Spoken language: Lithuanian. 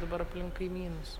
dabar aplink kaimynus